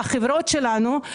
החברות שלנו,